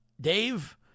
Dave